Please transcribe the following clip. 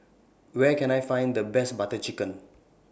Where Can I Find The Best Butter Chicken